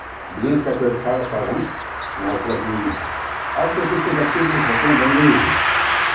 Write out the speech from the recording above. business का कोई अच्छा साधन यहाँ उपलब्ध नहीं है अब तो कुछ कुछ अच्छी अच्छी सड़कें बन गई हैं